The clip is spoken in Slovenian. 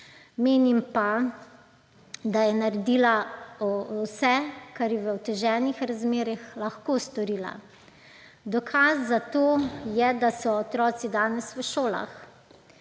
Menim, da je naredila vse, kar je v oteženih razmerah lahko storila. Dokaz za to je, da so otroci danes v šolah.